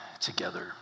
together